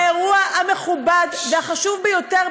באירוע המכובד והחשוב ביותר,